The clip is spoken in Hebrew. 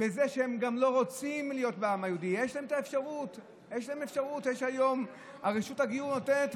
כשהיא באה לאשר את חוק הכשרות, היא אומרת: